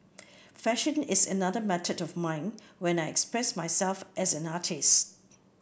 fashion is another method of mine when I express myself as an artist